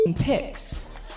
picks